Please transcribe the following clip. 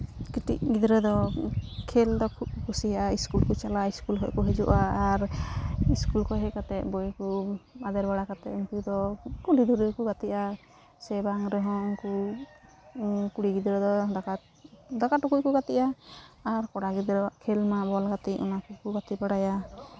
ᱠᱟᱹᱴᱤᱡ ᱜᱤᱫᱽᱨᱟᱹ ᱫᱚ ᱠᱷᱮᱞ ᱫᱚᱠᱚ ᱠᱩᱥᱤᱭᱟᱜᱼᱟ ᱥᱠᱩᱞ ᱠᱚ ᱪᱟᱞᱟᱜᱼᱟ ᱟᱨ ᱥᱠᱩᱞ ᱠᱷᱚᱡ ᱠᱚ ᱦᱤᱡᱩᱜᱼᱟ ᱟᱨ ᱥᱠᱩᱞ ᱠᱷᱚᱡ ᱦᱮᱡ ᱠᱟᱛᱮᱫ ᱵᱳᱭ ᱠᱚ ᱟᱫᱮᱨ ᱵᱟᱲᱟ ᱠᱟᱛᱮᱫ ᱩᱱᱠᱩ ᱫᱚ ᱠᱩᱞᱦᱤ ᱫᱷᱩᱲᱤ ᱨᱮᱠᱚ ᱜᱟᱛᱮᱜᱼᱟ ᱥᱮ ᱵᱟᱝ ᱨᱮᱦᱚᱸ ᱩᱱᱠᱩ ᱠᱩᱲᱤ ᱜᱤᱫᱽᱨᱟᱹ ᱫᱚ ᱫᱟᱠᱟ ᱠᱚ ᱫᱟᱠᱟ ᱴᱩᱠᱩᱡ ᱠᱚ ᱜᱟᱛᱮᱜᱼᱟ ᱟᱨ ᱠᱚᱲᱟ ᱜᱤᱫᱽᱨᱟᱹ ᱟᱜ ᱠᱷᱮᱞ ᱢᱟ ᱵᱚᱞ ᱜᱟᱛᱮᱜ ᱚᱱᱟ ᱠᱚ ᱜᱟᱛᱮ ᱵᱟᱲᱟᱭᱟ